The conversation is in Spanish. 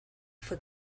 fue